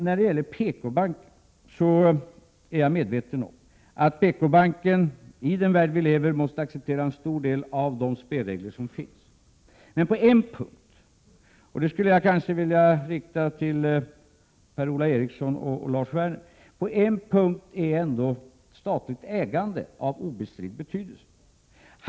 När det gäller PKbanken är jag medveten om att denna måste acceptera en stor del av de spelregler som finns i den värld som vi lever i. Men på en punkt, Per-Ola Eriksson och Lars Werner, är ändå statligt ägande av obestridd betydelse.